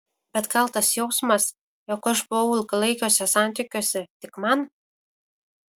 bet gal tas jausmas jog aš buvau ilgalaikiuose santykiuose tik man